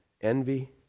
envy